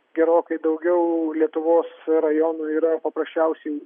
gerokai daugiau lietuvos rajonų yra paprasčiausiai